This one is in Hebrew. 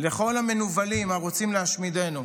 לכל המנוולים הרוצים להשמידנו: